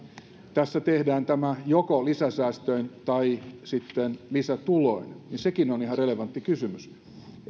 tässä tehdään tämä joko lisäsäästöin tai sitten lisätuloin niin sekin on ihan relevantti kysymys